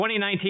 2019